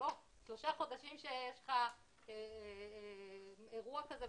זה לא שלושה חודשים שיש לך אירוע כזה,